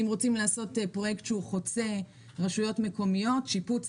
אם רוצים לעשות פרויקט חוצה רשויות מקומיות שיפוץ